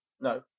No